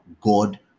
God